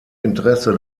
interesse